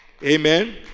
Amen